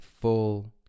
full